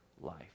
life